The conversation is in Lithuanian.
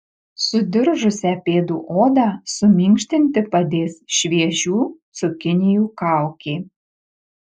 sudiržusią pėdų odą suminkštinti padės šviežių cukinijų kaukė